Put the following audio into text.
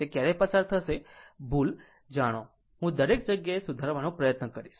તે ક્યારે પસાર થશે ભૂલ જાણો હું દરેક જગ્યાએ સુધારવાનો પ્રયત્ન કરીશ